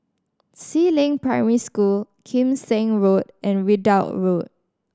Si Ling Primary School Kim Seng Road and Ridout Road